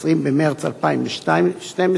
20 במרס 2012,